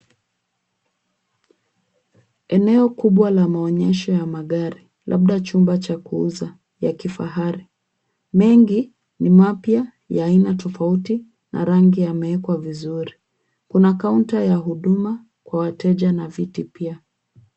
Eneo kubwa la manyesho ya magari labda chumba cha kuuza ya kifahari. Mengi ni mapya ya aina tofauti na rangi yameekwa vizuri. Kuna counter ya huduma kwa wateja na viti pia.